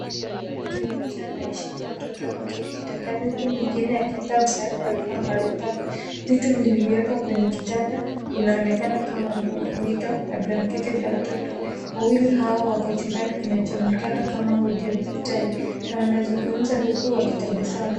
Mwanamke mmoja anayeshika mtoto ameketi kitandani huku mwingine akimpa msaada wa vifaa mbalimbali. Vitu vilivyowekwa kwenye kitanda vinaonekana kama nguo, mito na blanketi za watoto. Wawili hao wako chumbani kinachoonekana kama wodi ya hospitalini na wanazungumza huku wakitabasamu.